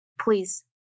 Please